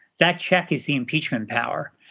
that check is the impeachment power.